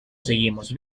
seguimos